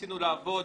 ניסינו לעבוד.